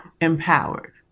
empowered